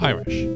Irish